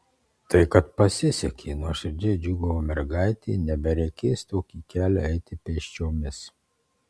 tai kad pasisekė nuoširdžiai džiūgavo mergaitė nebereikės tokį kelią eiti pėsčiomis